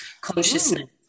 consciousness